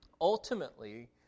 ultimately